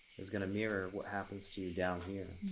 is gonna mirror what happens to you down here,